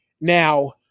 Now